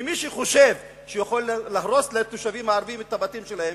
מי שחושב שהוא יכול להרוס לתושבים הערבים את הבתים שלהם,